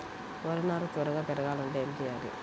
వరి నారు త్వరగా పెరగాలంటే ఏమి చెయ్యాలి?